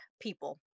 people